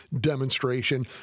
demonstration